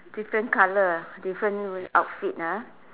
different color ah different outfit ah